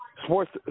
Sports